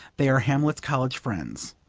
they are hamlet's college friends.